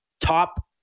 Top